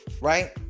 right